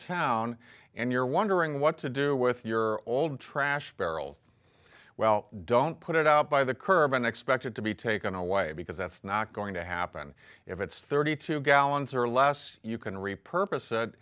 town and you're wondering what to do with your are all the trash barrel well don't put it out by the curb and expected to be taken away because that's not going to happen if it's thirty two gallons or less you can repurpose